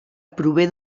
prové